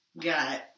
got